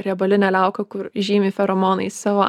riebalinė liauka kur žymi feromonais savo